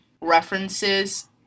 references